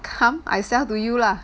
come I sell to you lah